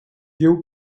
view